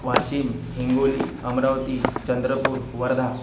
Washim Hingoli Amravati Chandrapur Wardha